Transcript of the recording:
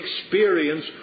experience